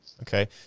Okay